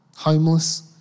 homeless